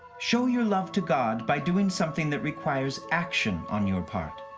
show your love to god by doing something that requires action on your part.